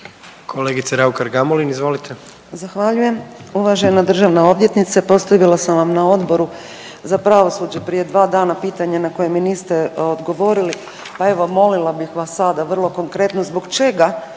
Kolegice Raukar-Gamulin, izvolite.